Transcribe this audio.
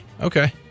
okay